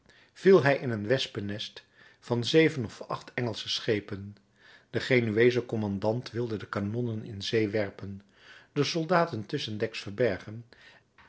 viel hij in een wespennest van zeven of acht engelsche schepen de genueesche kommandant wilde de kanonnen in zee werpen de soldaten tusschendeks verbergen